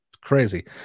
crazy